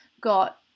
got